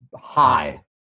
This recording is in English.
high